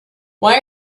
why